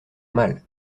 mal